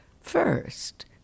First